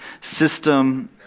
system